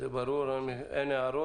ולפי חוק אחר מי בעד אישור סעיף 62?